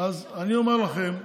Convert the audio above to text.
אז אני אומר לכם,